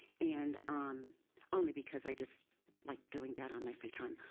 and um only because i just like doing that on my free time